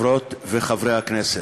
חברות וחברי הכנסת,